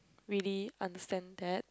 really understand that